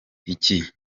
igice